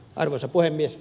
arvoisa puhemies